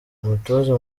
umutoza